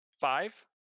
five